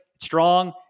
strong